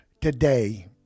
today